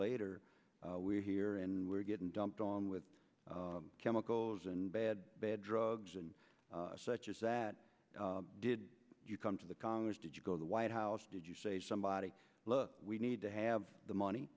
later we're here and we're getting dumped on with chemicals and bad bad drugs and such as that did you come to the congress did you go to the white house did you say somebody look we need to have the money